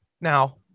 now